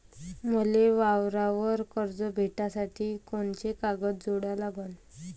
मले वावरावर कर्ज भेटासाठी कोंते कागद जोडा लागन?